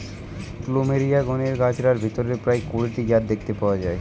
plumeria গণের গাছগার ভিতরে প্রায় কুড়ি টি জাত দেখতে পাওয়া যায়